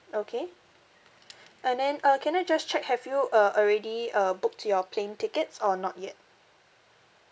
okay and then uh can I just check have you uh already uh booked your plane tickets or not yet